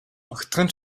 огтхон